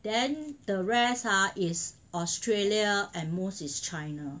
then the rest ah is Australia and most is China